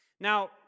Now